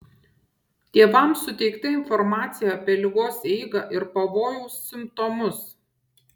tėvams suteikta informacija apie ligos eigą ir pavojaus simptomus